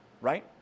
right